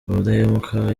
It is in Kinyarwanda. udahemuka